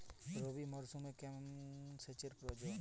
রবি মরশুমে কেমন সেচের প্রয়োজন?